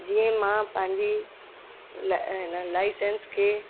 जीअं मां पंहिंजी ल लाइसंस खे